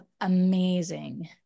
amazing